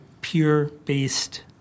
peer-based